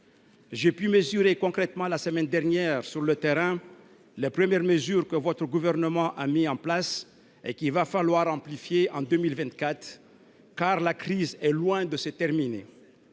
J’ai pu mesurer concrètement la semaine dernière, sur le terrain, les premières mesures que le Gouvernement a mises en place et qu’il faudra amplifier en 2024, car la crise est loin de se terminer.